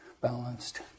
balanced